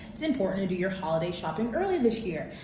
it's important to do your holiday shopping early this year.